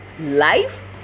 life